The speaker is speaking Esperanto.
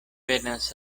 venas